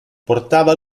portava